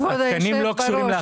כבוד היושב-בראש,